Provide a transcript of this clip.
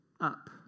up